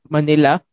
Manila